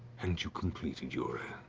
and you completed your